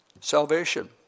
salvation